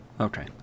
Okay